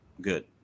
good